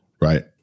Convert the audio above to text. Right